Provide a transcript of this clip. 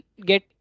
get